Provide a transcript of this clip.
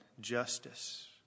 justice